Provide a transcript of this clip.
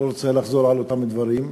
אני לא רוצה לחזור על אותם דברים.